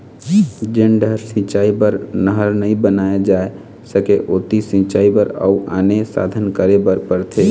जेन डहर सिंचई बर नहर नइ बनाए जा सकय ओती सिंचई बर अउ आने साधन करे बर परथे